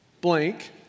blank